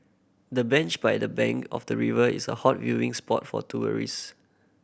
the bench by the bank of the river is a hot viewing spot for tourists